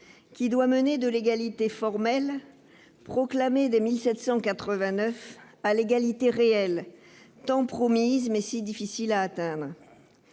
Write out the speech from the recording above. qui doit mener de l'égalité formelle, proclamée dès 1789, à l'égalité réelle, tant promise mais si difficile à atteindre.